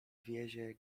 wiezie